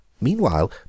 Meanwhile